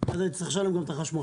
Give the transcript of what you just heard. אחרת הייתי צריך לשלם גם את החשמל.